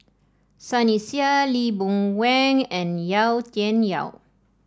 Sunny Sia Lee Boon Wang and Yau Tian Yau